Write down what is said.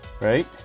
Right